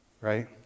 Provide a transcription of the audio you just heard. right